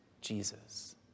Jesus